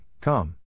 Come